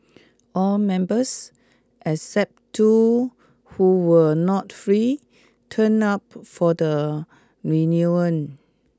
all members except two who were not free turned up for the reunion